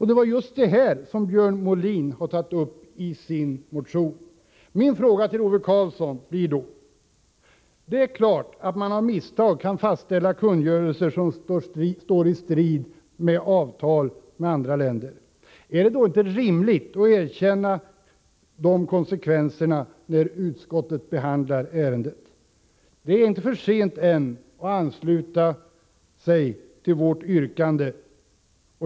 Det är just detta som Björn Molin har tagit upp i sin motion. Min fråga till Ove Karlsson blir då: Det är klart att man av misstag kan fastställa kungörelser som står i strid med avtal i andra länder. Är det då inte rimligt att erkänna dessa konsekvenser när utskottet behandlar ärendet? Det är ännu inte för sent för kammarens ledamöter att ansluta sig till vårt yrkande.